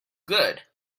good